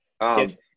Yes